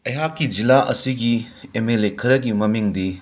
ꯑꯩꯍꯥꯛꯀꯤ ꯖꯤꯂꯥ ꯑꯁꯤꯒꯤ ꯑꯦꯝ ꯑꯦꯜ ꯑꯦ ꯈꯔꯒꯤ ꯃꯃꯤꯡ ꯗꯤ